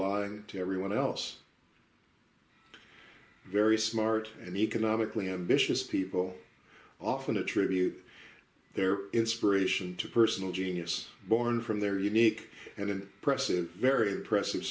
lying to everyone else very smart and economically ambitious people often attribute their inspiration to personal genius born from their unique and an oppressive very oppressive